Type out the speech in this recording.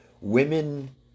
women